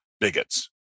bigots